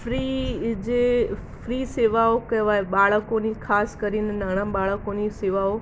free જે free સેવાઓ કહેવાય બાળકોની ખાસ કરીને નાના બાળકોની સેવાઓ